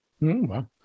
wow